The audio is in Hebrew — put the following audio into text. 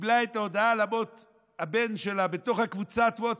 שקיבלה את ההודעה על מות הבן שלה בתוך קבוצת הווטסאפ.